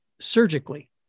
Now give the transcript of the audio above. surgically